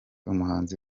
umuhanzi